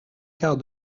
quart